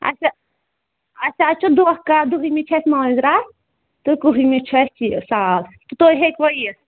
اَسہِ اَسہِ حظ چھُ دَہ کَہہ دٔہمہِ چھِ اَسہِ مٲنٛزِ راتھ تہٕ کٔہِمہِ چھُ اَسہِ یہِ سال تہٕ تُہۍ ہیٚکوا یِتھ